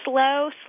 slow